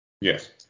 yes